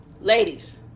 ladies